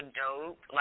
dope